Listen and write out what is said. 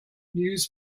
news